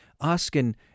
asking